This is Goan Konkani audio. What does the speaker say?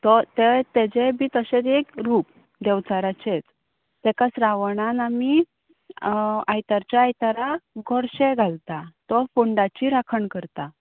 तो तें तेजेंय बी तशेंच एक रूप देंवचाराचेंत ताका श्रावणान आमी आयतारच्या आयतारा गोडशें घालता तो फोंडाची राखण करता